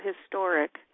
historic